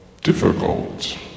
difficult